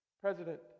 President